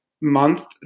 month